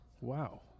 Wow